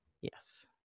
Yes